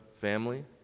family